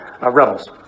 rebels